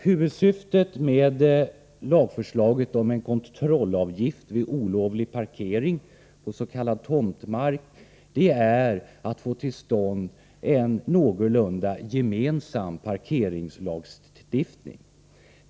Huvudsyftet med lagförslaget om en kontrollavgift vid olovlig parkering på s.k. tomtmark är att få till stånd en någorlunda enhetlig parkeringslagstiftning.